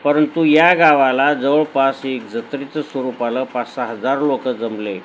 परंतु या गावाला जवळपास एक जत्रेचं स्वरूप आलं पाच सहा हजार लोक जमले